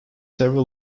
several